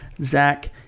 Zach